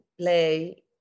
play